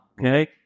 Okay